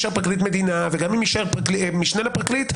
פרקליט מדינה או משנה לפרקליט,